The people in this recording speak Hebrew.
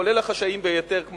כולל החשאיים ביותר,